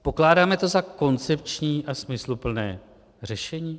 Pokládáme to za koncepční a smysluplné řešení?